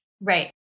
Right